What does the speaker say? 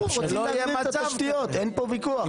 אנחנו רוצים להגדיל את התשתיות, אין פה ויכוח.